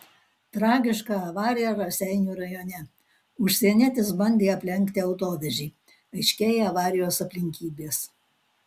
tragiška avarija raseinių rajone užsienietis bandė aplenkti autovežį aiškėja avarijos aplinkybės